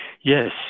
Yes